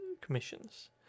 commissions